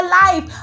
life